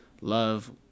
love